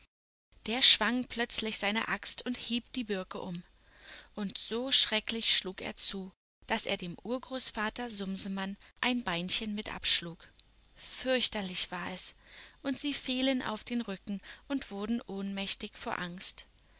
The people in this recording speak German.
der schwang plötzlich seine axt und hieb die birke um und so schrecklich schlug er zu daß er dem urgroßvater sumsemann ein beinchen mit abschlug fürchterlich war es und sie fielen auf den rücken und wurden ohnmächtig vor angst